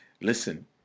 listen